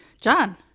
John